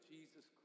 Jesus